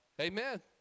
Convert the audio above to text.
Amen